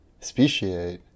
speciate